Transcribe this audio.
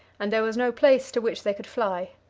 and there was no place to which they could fly.